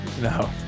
No